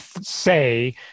say